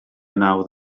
nawdd